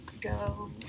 go